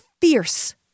fierce